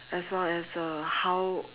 as well as uh how